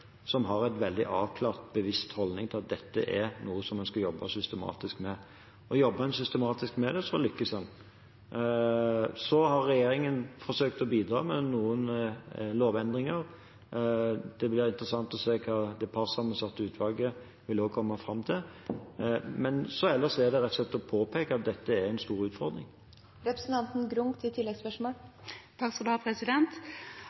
som har en veldig avklart og bevisst holdning til at dette er noe en skal jobbe systematisk med. Og jobber en systematisk med det, lykkes en. Regjeringen har forsøkt å bidra med noen lovendringer. Det blir interessant å se hva det partssammensatte utvalget kommer fram til, men ellers er det rett og slett å påpeke at dette er en stor utfordring.